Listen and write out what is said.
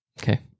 okay